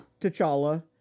T'Challa